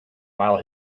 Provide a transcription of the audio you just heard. while